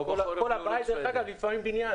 -- ולפעמים בניין